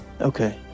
Okay